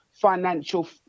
financial